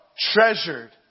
treasured